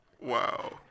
Wow